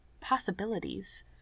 possibilities